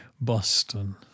Boston